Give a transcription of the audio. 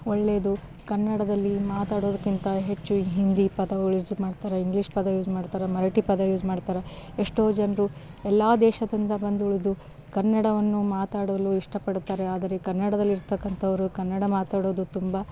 ಒಳ್ಳೇದು ಕನ್ನಡದಲ್ಲಿ ಮಾತಾಡೋದ್ಕಿಂತ ಹೆಚ್ಚು ಹಿಂದಿ ಪದಗಳು ಯೂಸ್ ಮಾಡ್ತಾರೆ ಇಂಗ್ಲೀಷ್ ಪದ ಯೂಸ್ ಮಾಡ್ತಾರೆ ಮರಾಠಿ ಪದ ಯೂಸ್ ಮಾಡ್ತಾರೆ ಎಷ್ಟೋ ಜನರು ಎಲ್ಲ ದೇಶದಿಂದ ಬಂದುಳಿದು ಕನ್ನಡವನ್ನು ಮಾತಾಡಲು ಇಷ್ಟಪಡುತ್ತಾರೆ ಆದರೆ ಕನ್ನಡದಲ್ಲಿ ಇತರಕ್ಕಂಥವ್ರು ಕನ್ನಡ ಮಾತಾಡೋದು ತುಂಬ